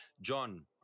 John